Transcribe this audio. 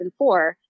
2004